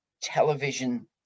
television